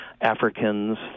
Africans